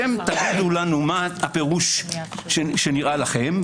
תגידו לנו מה הפירוש שנראה לכם,